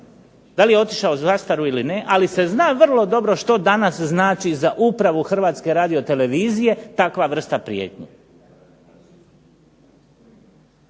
da li je otišao u zastaru ili ne, ali se zna vrlo dobro što danas znači za upravu Hrvatske radio televizije takva vrsta prijetnji.